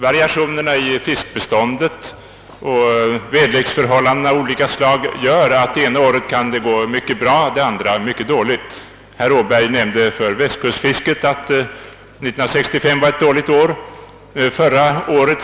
Variationerna i fiskbeståndet och väderleksförhållanden av olika slag gör att det det ena året kan gå mycket bra, det andra mycket dåligt. Herr Åberg nämnde att 1965 var ett gott år för västkustfisket.